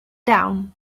down